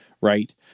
Right